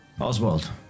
Oswald